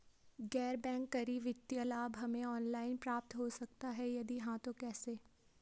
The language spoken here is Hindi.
गैर बैंक करी वित्तीय लाभ हमें ऑनलाइन प्राप्त हो सकता है यदि हाँ तो कैसे?